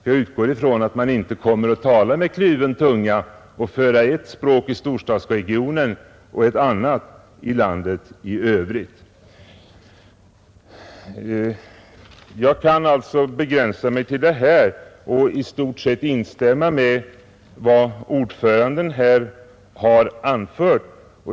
Jag utgår ifrån att man inte kommer att tala med kluven tunga och föra ett språk i storstadsregionen och ett annat i landet i övrigt. Jag kan begränsa mig till detta och i stort sett instämma i vad herr ordföranden här har anfört.